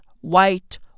white